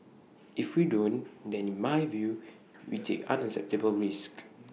if we don't then in my view we take unacceptable risks